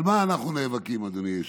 על מה אנחנו נאבקים, אדוני היושב-ראש?